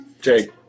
Jake